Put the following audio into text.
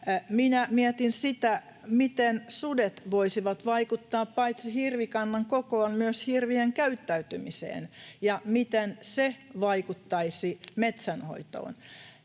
Minä mietin sitä, miten sudet voisivat vaikuttaa paitsi hirvikannan kokoon myös hirvien käyttäytymiseen ja miten se vaikuttaisi metsänhoitoon.